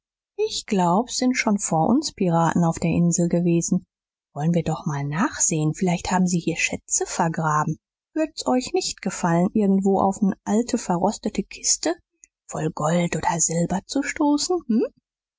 ich glaube s sind schon vor uns piraten auf der insel gewesen wollen wir doch mal nachsehen vielleicht haben sie hier schätze vergraben würd's euch nicht gefallen irgendwo auf ne alte verrostete kiste voll gold oder silber zu stoßen